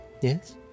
Yes